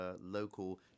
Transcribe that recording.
local